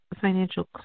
financial